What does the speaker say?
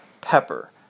pepper